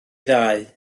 ddau